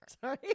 Sorry